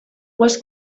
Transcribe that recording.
was